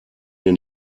den